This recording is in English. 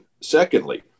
Secondly